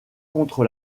contre